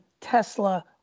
Tesla